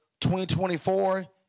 2024